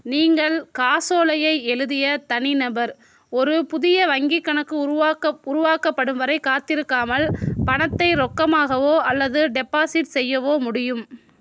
நீங்கள் காசோலையை எழுதிய தனிநபர் ஒரு புதிய வங்கி கணக்கு உருவாக்க உருவாக்கப்படும் வரை காத்திருக்காமல் பணத்தை ரொக்கமாகவோ அல்லது டெபாசிட் செய்யவோ முடியும்